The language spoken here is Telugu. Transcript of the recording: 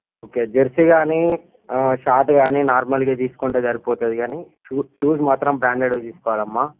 ఓకే జర్సీ కానీ షాట్ కానీ నార్మల్వి తీసుకుంటే సరిపోతుంది కానీ షూస్ షూస్ మాత్రం బ్రాండెడ్వి తీసుకోవాలమ్మా